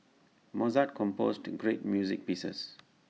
Mozart composed great music pieces